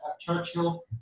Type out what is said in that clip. churchill